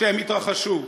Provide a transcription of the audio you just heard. כשהם התרחשו.